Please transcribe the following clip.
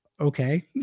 okay